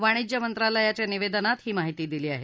वाणिज्य मंत्रालयाच्या निवेदनात ही माहिती दिली आहे